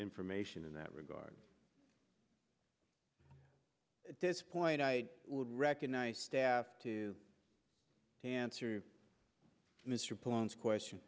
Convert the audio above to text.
information in that regard to this point i would recognize staff to answer mr pullens question